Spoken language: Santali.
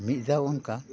ᱢᱤᱫ ᱫᱷᱟᱣ ᱚᱱᱠᱟ